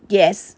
yes